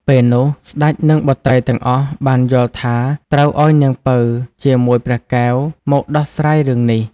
ពេលនោះស្ដេចនិងបុត្រីទាំងអស់បានយល់ថាត្រូវឲ្យនាងពៅជាមួយព្រះកែវ មកដោះស្រាយរឿងនេះ។